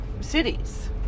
cities